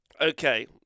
Okay